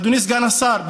אדוני סגן השר,